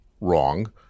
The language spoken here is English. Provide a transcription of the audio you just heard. Wrong